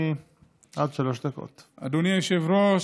אדוני היושב-ראש,